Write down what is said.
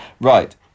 Right